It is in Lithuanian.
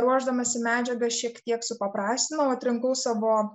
ruošdamasi medžiagą šiek tiek supaprastinau atrinkau savo